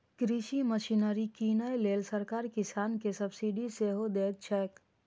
कृषि मशीनरी कीनै लेल सरकार किसान कें सब्सिडी सेहो दैत छैक